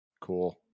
Cool